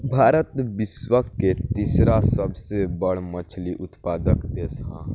भारत विश्व के तीसरा सबसे बड़ मछली उत्पादक देश ह